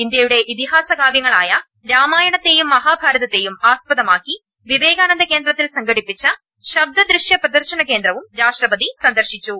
ഇന്ത്യയുടെ ഇതിഹാസ കാവ്യങ്ങളായ രാമായണത്തെയും മഹാഭാരതത്തെയും ആസ്പദമാക്കി വിവേകാനന്ദ കേന്ദ്രത്തിൽ സംഘടിപ്പിച്ച ശബ്ദ ദൃശ്യ പ്രദർശന കേന്ദ്രവും രാഷ്ട്രപതി സന്ദർശിച്ചു